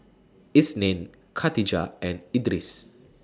Isnin Katijah and Idris